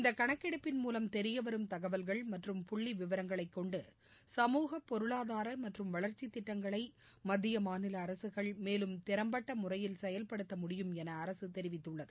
இந்தகணக்கெடுப்பின் மூலம் தெரியவரும் தகவல்கள் மற்றும் புள்ளிவிவரங்களைக்கொண்டு சமூகப் பொருளாதாரமற்றும் வளர்ச்சித் திட்டங்களைமத்திய மாநிலஅரசுகள் மேலும்திறம்பட்டமுறையில் செயல்படுத்த முடியும் எனஅரசுதெரிவித்துள்ளது